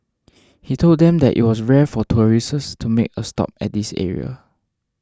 he told them that it was rare for tourists to make a stop at this area